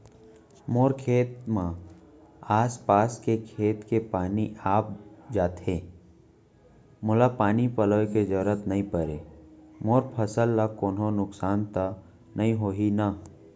मोर खेत म आसपास के खेत के पानी आप जाथे, मोला पानी पलोय के जरूरत नई परे, मोर फसल ल कोनो नुकसान त नई होही न?